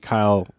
Kyle